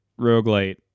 roguelite